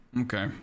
Okay